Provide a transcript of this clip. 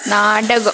നാടകം